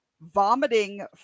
vomiting